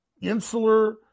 insular